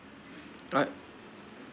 right